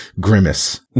Grimace